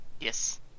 Yes